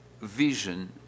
vision